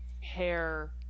hair